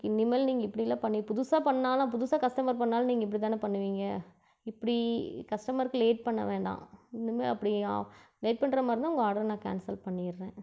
இனிமேல் நீங்கள் இப்படிலாம் பண்ணி புதுசாக பண்ணிணாலும் புதுசாக கஸ்டமர் பண்ணிணாலும் நீங்கள் இப்படி தானே பண்ணுவீங்க இப்படி கஸ்டமர்க்கு லேட் பண்ண வேண்டாம் இன்னுமே அப்படி லேட் பண்ணுற மாதிரினா உங்கள் ஆடரை நான் கேன்சல் பண்ணிடுறேன்